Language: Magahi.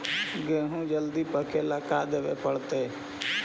गेहूं जल्दी पके ल का देबे पड़तै?